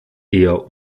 eher